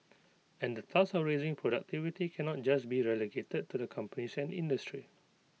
and the task of raising productivity can not just be relegated to the companies and industry